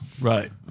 Right